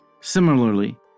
Similarly